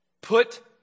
Put